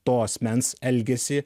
to asmens elgesį